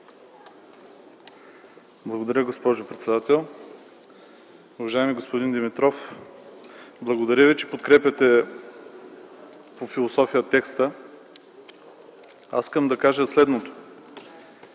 Благодаря, госпожо председател. Уважаеми господин Димитров, благодаря Ви, че подкрепяте по философия текста. Аз искам да кажа следното: